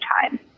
time